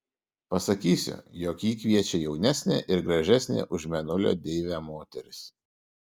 pasakysiu jog jį kviečia jaunesnė ir gražesnė už mėnulio deivę moteris